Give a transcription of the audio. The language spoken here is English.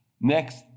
Next